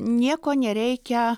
nieko nereikia